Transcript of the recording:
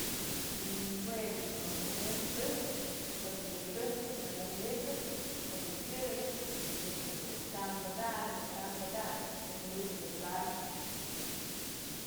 Jue ëch dun nëmëm xëjk porque yë xëjk nëyojwi'isëp në ko'o kyëy, manytë dun ka'an bëdakëp, në ko'o ka'an pëdakëp manytë dun kanyëp.